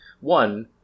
one